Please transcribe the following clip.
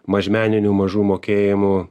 mažmeninių mažų mokėjimų